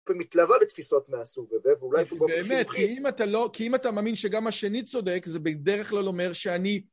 ומתלווה לתפיסות מהסוג הזה, ואולי באופן חינוכי... באמת, כי אם אתה לא... כי אם אתה מאמין שגם השני צודק, זה בדרך כלל אומר שאני...